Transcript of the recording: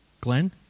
Glenn